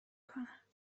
کنه